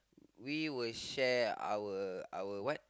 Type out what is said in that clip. we will share our our what